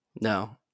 no